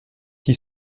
qui